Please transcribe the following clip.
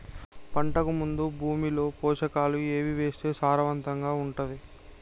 పంటకు ముందు భూమిలో పోషకాలు ఏవి వేస్తే సారవంతంగా ఉంటది?